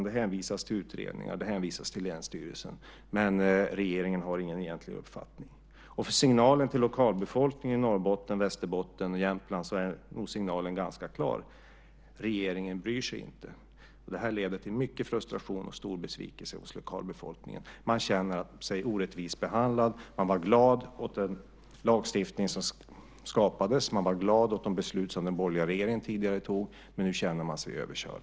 Det hänvisas till utredningar och länsstyrelsen, men regeringen har ingen egentlig uppfattning. Signalen till lokalbefolkningen i Norrbotten, Västerbotten och Jämtlands län är ganska klar: Regeringen bryr sig inte. Det leder till mycket frustration och stor besvikelse hos lokalbefolkningen. Man känner sig orättvist behandlad. Man var glad åt den lagstiftning som skapades och de beslut som den borgerliga regeringen tidigare fattade. Men nu känner man sig överkörd.